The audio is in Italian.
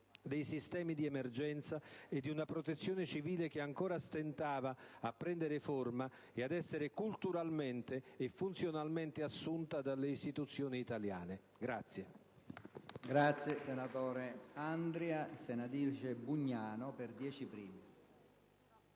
dei sistemi di emergenza e di una Protezione civile che ancora stentava a prendere forma e ad essere culturalmente e funzionalmente assunta dalle istituzioni italiane.